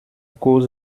cause